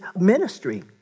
ministry